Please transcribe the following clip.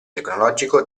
tecnologico